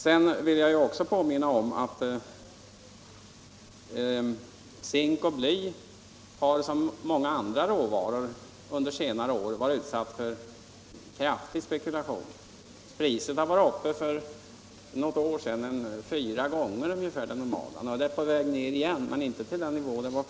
Jag vill också påminna om att zink och bly som många andra råvaror under senare år har varit utsatta för kraftig spekulation. Priset var för något år sedan uppe i fyra gånger det normala. Nu är det på väg ned igen, men inte till tidigare nivå.